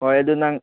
ꯍꯣꯏ ꯑꯗꯨ ꯅꯪ